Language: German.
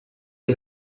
die